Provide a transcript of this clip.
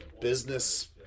business